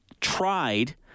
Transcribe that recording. tried